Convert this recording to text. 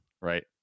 right